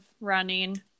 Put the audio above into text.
running